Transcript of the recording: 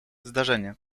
zdarzenie